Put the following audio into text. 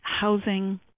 housing